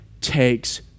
takes